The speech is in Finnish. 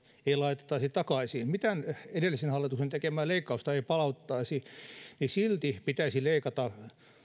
ei laitettaisi takaisin mitään edellisen hallituksen tekemää leikkausta ei palautettaisi pitäisi leikata